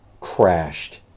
crashed